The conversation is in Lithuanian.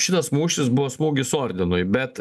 šitas mūšis buvo smūgis ordinui bet